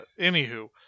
anywho